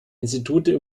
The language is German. institute